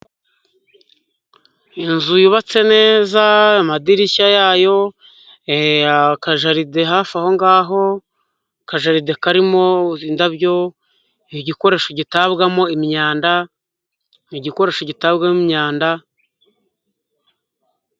Inzu yubatse neza, amadirishya yayo, akajaride hafi aho ngaho, akajeride karimo indabyo, igikoresho gitabwamo imyanda, igikoresho gitabwamo imyanda.